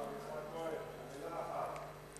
הרב יצחק כהן, מלה אחת.